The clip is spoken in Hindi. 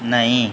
नहीं